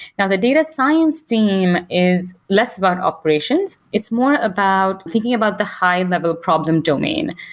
now, the data science team is less about operations. it's more about thinking about the high level problem domain,